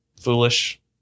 foolish